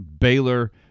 Baylor